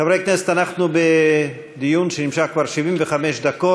חברי הכנסת, אנחנו בדיון שנמשך כבר 75 דקות.